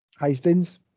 Hastings